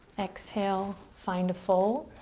exhale, find a full.